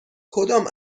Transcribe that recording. کدام